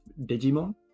Digimon